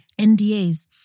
NDAs